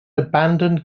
abandoned